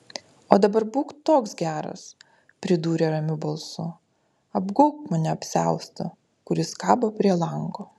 o dabar būk toks geras pridūrė ramiu balsu apgaubk mane apsiaustu kuris kabo prie lango